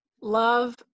love